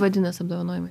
vadinas apdovanojimai